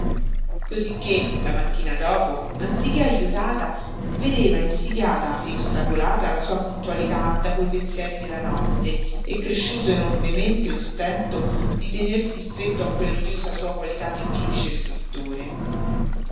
che la mattina dopo anziché aiutata vedeva insidiata e ostacolata la sua puntualità da quei pensieri della notte e cresciuto enormemente lo stento di tenersi stretto a quell'odiosa sua qualità di giudice istruttore